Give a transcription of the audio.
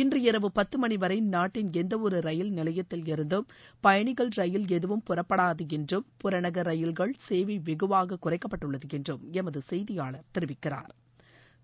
இன்று இரவு பத்து மணிவரை நாட்டின் எந்தவொரு ரயில் நிலையத்தில் இருந்தும் பயணிகள் ரயில் எதுவும் புறப்படாது என்றும் புறநகர் ரயில்கள் சேவை வெகுவாக குறைக்கப்பட்டுள்ளது என்றும் எமது செய்தியாளர் தெரிவிக்கிறார்